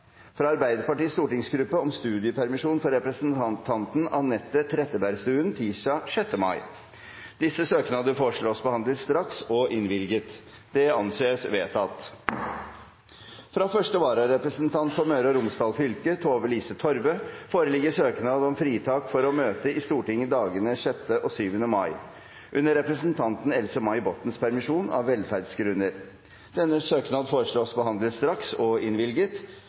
fra Arbeiderpartiets stortingsgruppe om studiepermisjon for representanten Anette Trettebergstuen tirsdag 6. mai. Disse søknader foreslås behandlet straks og innvilget. – Det anses vedtatt. Fra første vararepresentant for Møre og Romsdal fylke, Tove-Lise Torve, foreligger søknad om fritak for å møte i Stortinget i dagene 6. og 7. mai under representanten Else-May Bottens permisjon, av velferdsgrunner. Denne søknad foreslås behandlet straks og innvilget.